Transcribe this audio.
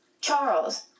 Charles